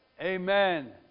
Amen